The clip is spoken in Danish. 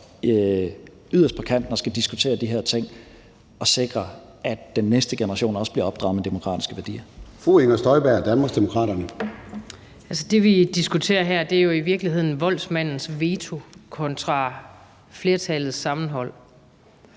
yderst på kanten og skal diskutere de her ting, at sikre, at den næste generation også bliver opdraget med demokratiske værdier. Kl. 14:30 Formanden (Søren Gade): Fru Inger Støjberg, Danmarksdemokraterne. Kl. 14:30 Inger Støjberg (DD): Altså, det, vi diskuterer her, er jo i virkeligheden voldsmandens veto kontra flertallets sammenhold.